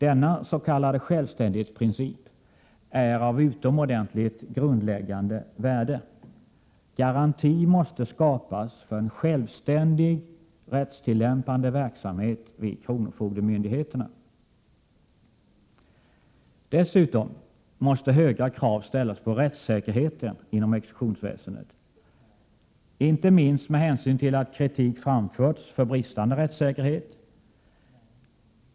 Denna s.k. självständighetsprincip är av utomordentligt grundläggande värde. Garanti måste skapas för en självständig rättstillämpande verksamhet vid kronofogdemyndigheterna. Dessutom måste höga krav ställas på rättssäkerheten inom exekutionsväsendet — inte minst med hänsyn till att kritik framförts för bristande rättssäkerhet.